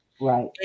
right